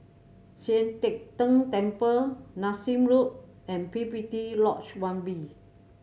Sian Teck Tng Temple Nassim Road and P P T Lodge One B